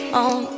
on